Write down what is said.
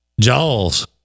Jaws